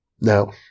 Now